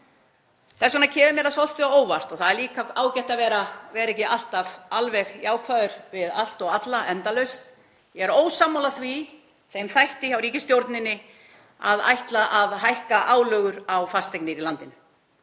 Þess vegna kemur mér svolítið á óvart, og það er líka ágætt að vera ekki alltaf alveg jákvæður við allt og alla endalaust — ég er ósammála þeim þætti hjá ríkisstjórninni að ætla að hækka álögur á fasteignir í landinu.